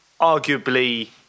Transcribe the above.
arguably